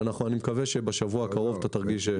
אני מקווה שבשבוע הקרוב אתה תרגיש.